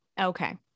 Okay